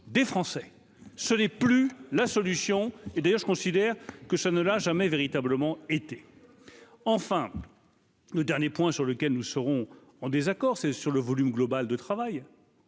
des Français, ce n'est plus la solution, et d'ailleurs, je considère que ça ne l'a jamais véritablement été enfin le dernier point sur lequel nous serons en désaccord, c'est sur le volume global de travail.